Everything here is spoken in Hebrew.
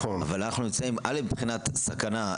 מבחינת סכנה,